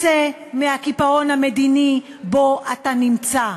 צא מהקיפאון המדיני שבו אתה נמצא,